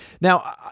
Now